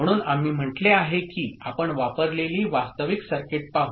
म्हणून आम्ही म्हटले आहे की आपण वापरलेली वास्तविक सर्किट पाहू